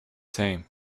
same